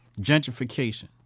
gentrification